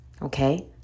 Okay